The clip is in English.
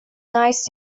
nice